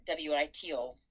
WITO